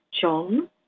John